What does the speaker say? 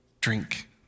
Drink